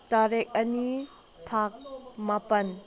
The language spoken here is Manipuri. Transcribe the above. ꯇꯔꯤꯛ ꯑꯅꯤ ꯊꯥ ꯃꯥꯄꯜ